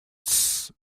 тссс